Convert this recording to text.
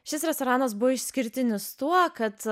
šis restoranas buvo išskirtinis tuo kad